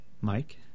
Mike